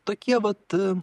tokie vat